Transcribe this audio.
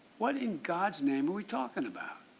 what in god's name are we talking about?